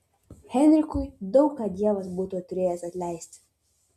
heinrichui daug ką dievas būtų turėjęs atleisti